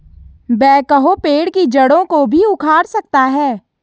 backhoe पेड़ की जड़ों को भी उखाड़ सकता है